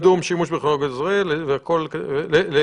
קיומו של כלי הוא תנאי הכרחי אך לא מספיק.